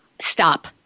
stop